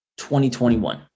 2021